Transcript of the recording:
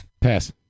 Pass